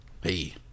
Hey